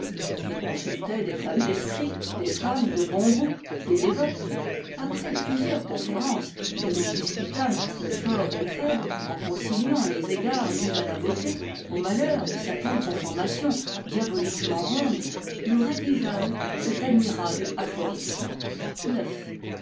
je consultai des femmes d'esprit des femmes de bon goût des dévotes après plusieures conférences où nous discutâmes le fort et le faible en conciliant les égards dus à la beauté au malheur de certaines conformations diaboliquement rondes nous rédigeâmes cet admirable aphorisme ix